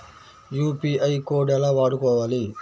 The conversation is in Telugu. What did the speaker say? యూ.పీ.ఐ కోడ్ ఎలా వాడుకోవాలి?